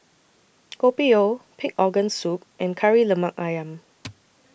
Kopi O Pig Organ Soup and Kari Lemak Ayam